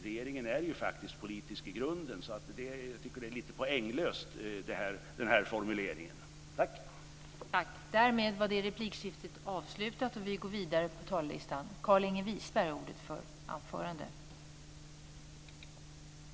Regeringen är faktiskt i grunden politisk, och jag tycker därför att den här formuleringen är lite poänglös.